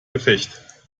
gefecht